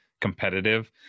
competitive